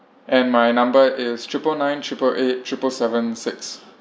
and my number is triple nine triple eight triple seven six